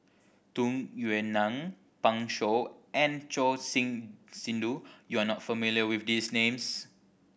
Tung Yue Nang Pan Shou and Choor Singh Sidhu you are not familiar with these names